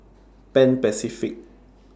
Pan Pacific